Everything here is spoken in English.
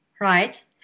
right